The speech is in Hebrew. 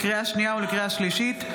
לקריאה שנייה ולקריאה שלישית: